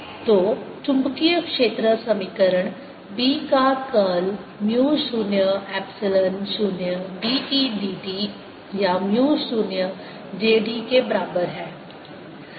तो चुंबकीय क्षेत्र समीकरण B का curl mu 0 epsilon 0 d E dt या म्यू 0 j d के बराबर है